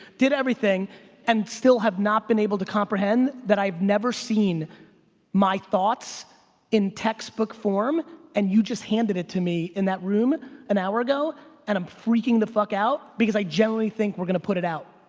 did everything and still have not been able to comprehend that i have never seen my thoughts in textbook form and you just handed it to me in that room an hour ago and i'm freaking the fuck out because i genuinely think we're gonna put it out.